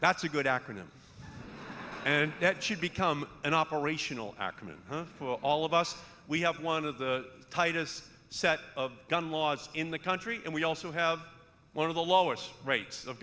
that's a good acronym and that should become an operational argument for all of us we have one of the tightest set of gun laws in the country and we also have one of the lowest ra